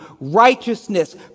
Righteousness